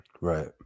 Right